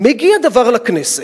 מגיע דבר לכנסת,